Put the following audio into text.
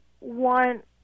want